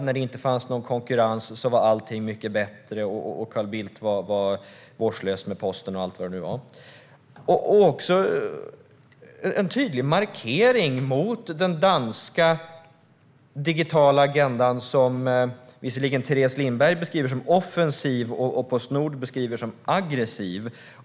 När det inte fanns konkurrens var allt bättre, och Carl Bildt var vårdslös med posten. Det finns också en tydlig markering mot den danska digitala agendan. Teres Lindberg beskriver den som offensiv medan Postnord beskriver den som aggressiv.